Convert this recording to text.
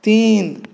तीन